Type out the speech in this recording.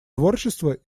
творчества